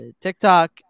TikTok